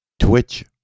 Twitch